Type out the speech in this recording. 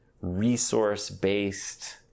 resource-based